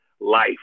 life